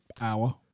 hour